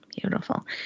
Beautiful